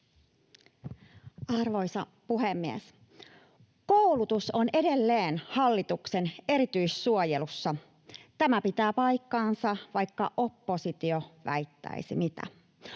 Arvoisa puhemies! Koulutus on edelleen hallituksen erityissuojelussa. Tämä pitää paikkansa, vaikka oppositio väittäisi mitä.